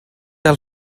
del